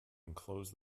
enclose